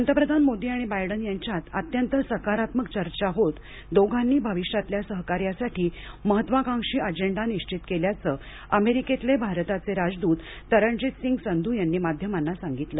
पंतप्रधान मोदी आणि बायडन यांच्यात अत्यंत सकारात्मक चर्चा होत दोघांनी भविष्यातल्या सहकार्यासाठी महत्वाकांशी अजेंडा निश्वित केला असल्याचं अमेरिकेतले भारताचे राजदूत तरनजितसिंग संधू यांनी माध्यमांना सांगितलं